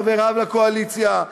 חבריו לקואליציה,